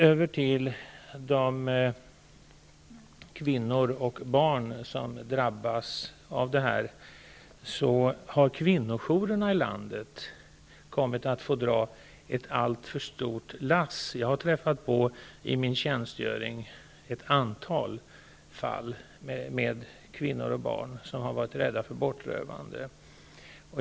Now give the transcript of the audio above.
När det gäller de kvinnor och barn som drabbas av detta, har kvinnojourerna i landet kommit att få dra ett alltför stort lass. I min tjänstgöring har jag träffat på ett antal fall med kvinnor och barn som har varit rädda för bortrövande.